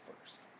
first